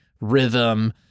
rhythm